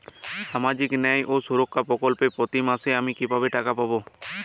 সামাজিক ন্যায় ও সুরক্ষা প্রকল্পে প্রতি মাসে আমি কিভাবে টাকা পাবো?